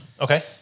Okay